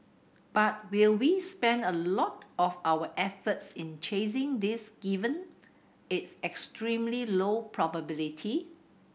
but will we spend a lot of our efforts in chasing this given its extremely low probability